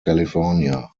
california